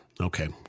Okay